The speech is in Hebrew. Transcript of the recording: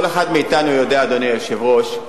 כל אחד מאתנו יודע, אדוני היושב-ראש,